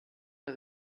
der